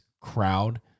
crowd